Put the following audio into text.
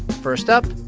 first up,